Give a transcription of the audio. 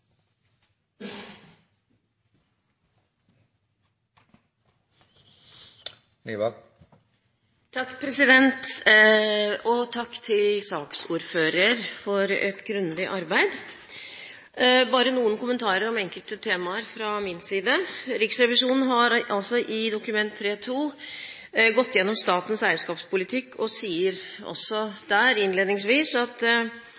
Takk til saksordføreren for et grundig arbeid. Bare noen kommentarer til enkelte temaer fra min side. – Riksrevisjonen har i Dokument 3:2 gått gjennom statens eierskapspolitikk og sier innledningsvis at